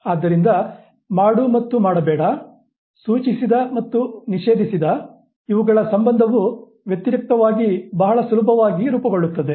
ಆದ್ದರಿಂದ ಮಾಡು ಮತ್ತು ಮಾಡಬೇಡ ಸೂಚಿಸಿದ ಮತ್ತು ನಿಷೇಧಿಸಿದ ಇವುಗಳ ಸಂಬಂಧವು ವ್ಯತಿರಿಕ್ತವಾಗಿ ಬಹಳ ಸುಲಭವಾಗಿ ರೂಪುಗೊಳ್ಳುತ್ತದೆ